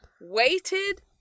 weighted